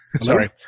Sorry